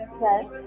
yes